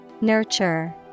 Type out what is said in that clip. Nurture